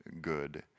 good